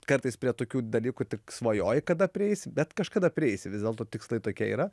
kartais prie tokių dalykų tik svajoji kada prieisi bet kažkada prieisi vis dėlto tikslai tokie yra